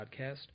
Podcast